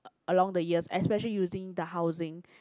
along the years especially using the housing